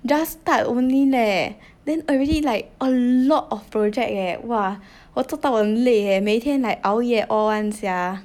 just start only leh then already like a lot of project eh !wah! 我做到我很累 leh 每天 like 熬夜 all [one] sia